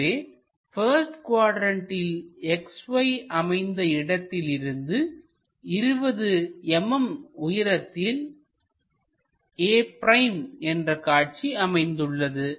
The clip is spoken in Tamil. எனவே பஸ்ட் குவாட்ரண்ட்டில் XY அமைந்த இடத்தில் இருந்து 20 mm உயரத்தில் a' என்று காட்சி அமைந்துள்ளது